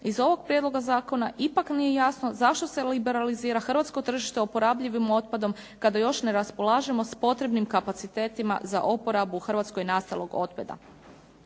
iz ovog prijedloga zakona ipak nije jasno zašto se liberalizira hrvatsko tržište oporabljivim otpadom kada još ne raspolažemo s potrebnim kapacitet za oporabu u Hrvatskoj nastalog otpada.